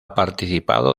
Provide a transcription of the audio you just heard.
participado